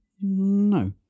No